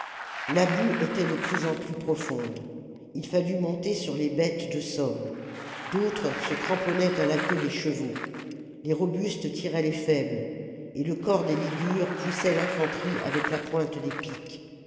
la boue était de plus en plus profonde ii fallut monter sur les bêtes de somme d'autres se cramponnaient à la queue des chevaux les robustes tiraient les faibles et le corps des ligures poussait l'infanterie avec la pointe des piques